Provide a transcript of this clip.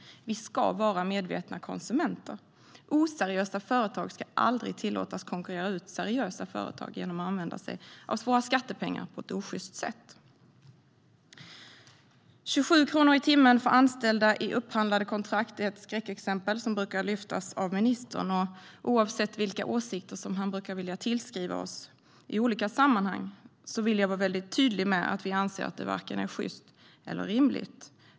Vi ska vara medvetna konsumenter. Oseriösa företag ska aldrig tillåtas konkurrera ut seriösa företag genom att använda sig av våra skattepengar på ett osjyst sätt. 27 kronor i timmen för anställda i upphandlade kontrakt är ett skräckexempel som brukar lyftas fram av ministern. Oavsett vilka åsikter som han brukar vilja tillskriva oss i olika sammanhang vill jag vara väldigt tydlig med att vi anser att det är varken sjyst eller rimligt.